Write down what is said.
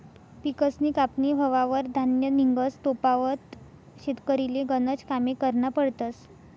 पिकसनी कापनी व्हवावर धान्य निंघस तोपावत शेतकरीले गनज कामे करना पडतस